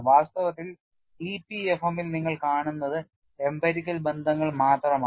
വാസ്തവത്തിൽ EPFM ൽ നിങ്ങൾ കാണുന്നത് emperical ബന്ധങ്ങൾ മാത്രമാണ്